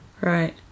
Right